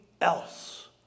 else